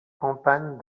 campagne